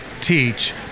teach